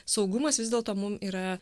saugumas vis dėlto mum yra